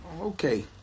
Okay